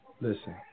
listen